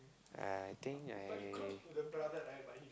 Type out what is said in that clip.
I think I